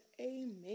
amen